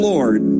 Lord